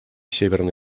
северной